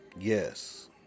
Yes